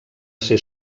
ser